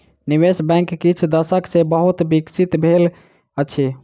निवेश बैंक किछ दशक सॅ बहुत विकसित भेल अछि